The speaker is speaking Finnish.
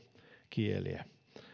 kieliä